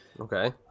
Okay